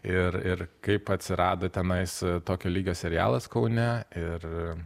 ir ir kaip atsirado tenais tokio lygio serialas kaune ir